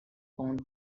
found